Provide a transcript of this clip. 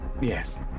Yes